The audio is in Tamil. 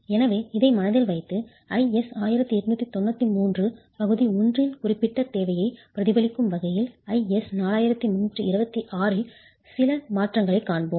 எனவே இதை மனதில் வைத்து IS 1893 பகுதி 1 இன் குறிப்பிட்ட தேவையைப் பிரதிபலிக்கும் வகையில் IS 4326 இல் சில மாற்றங்களைக் காண்போம்